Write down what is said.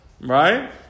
Right